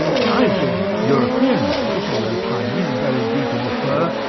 the eyes of european moles, although tiny and buried deep in the fur,